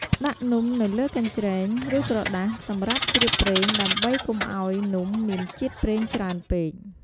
ដាក់នំនៅលើកញ្ច្រែង ឬក្រដាសសម្រាប់ជ្រាបប្រេងដើម្បីកុំឱ្យនំមានជាតិប្រេងច្រើនពេក។